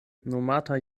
nomata